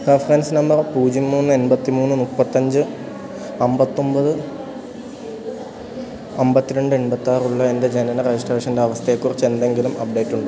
reference number പുജ്യം മൂന്ന് എൺപത്തിമൂന്ന് മുപ്പത്തിയഞ്ച് അമ്പത്തി ഒന്പത് അന്പത്തി രണ്ട് എണ്പത്തിയാറുള്ള എൻ്റെ ജനന രജിസ്ട്രേഷൻ്റെ അവസ്ഥയെക്കുറിച്ച് എന്തെങ്കിലും അപ്ഡേറ്റുണ്ടോ